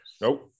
Nope